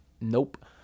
Nope